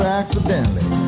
accidentally